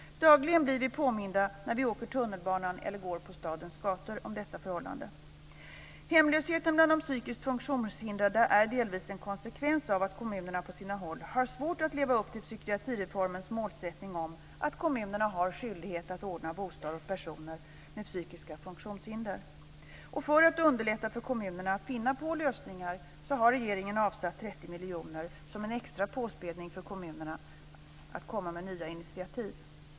Dagligen blir vi påminda om detta förhållande när vi åker tunnelbana eller går på stadens gator. Hemlösheten bland de psykiskt funktionshindrade är delvis en konsekvens av att kommunerna på sina håll har svårt att leva upp till psykiatrireformens målsättning om att kommunerna har skyldighet att ordna bostad åt personer med psykiska funktionshinder. För att underlätta för kommunerna att finna lösningar har regeringen avsatt 30 miljoner som en extra påspädning för dem att komma med nya initiativ.